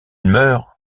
meurt